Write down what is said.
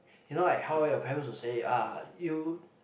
you know like how your parents would say ah you